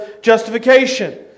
justification